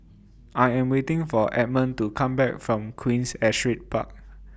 I Am waiting For Edmund to Come Back from Queen Astrid Park